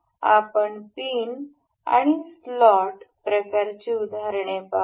आपण पिन व स्लॉट प्रकारची उदाहरणे पाहू